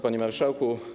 Panie Marszałku!